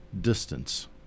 distance